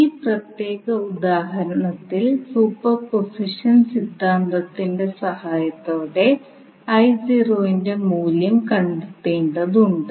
ഈ പ്രത്യേക ഉദാഹരണത്തിൽ സൂപ്പർപോസിഷൻ സിദ്ധാന്തത്തിന്റെ സഹായത്തോടെ ന്റെ മൂല്യം കണ്ടെത്തേണ്ടതുണ്ട്